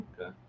Okay